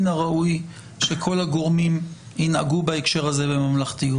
הראוי שכול הגורמים ינהגו בהקשר הזה בממלכתיות.